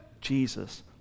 Jesus